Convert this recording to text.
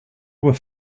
were